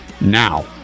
Now